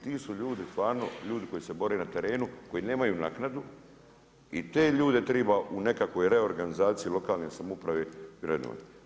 Ti su ljudi stvarno ljudi koji se bore na terenu, koji nemaju naknadu i te ljude treba u nekakvoj reorganizaciji lokalne samouprave vrednovati.